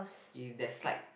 you dislike